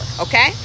okay